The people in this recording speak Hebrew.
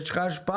יש לך השפעה.